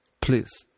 please